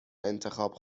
انتخاب